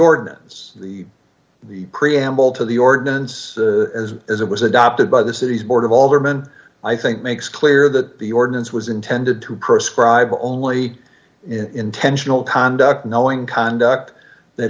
ordinance the the preamble to the ordinance as as it was adopted by the city's board of alderman i think makes clear that the ordinance was intended to prescribe only intentional conduct knowing conduct that